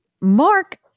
Mark